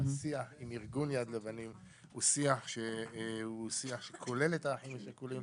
השיח עם ארגון יד לבנים הוא שיח שכולל את האחים השכולים.